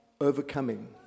overcoming